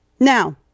Now